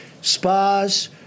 Spas